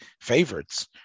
favorites